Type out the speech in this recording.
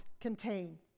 contain